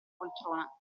poltrona